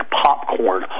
popcorn